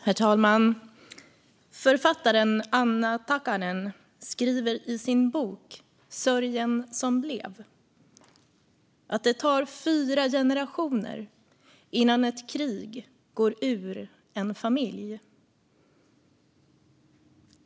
Herr talman! Författaren Anna Takanen skriver i sin bok Sörjen som blev att det tar fyra generationer innan ett krig går ur en familj.